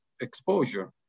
exposure